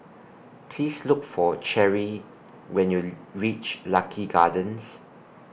Please Look For Cherri when YOU REACH Lucky Gardens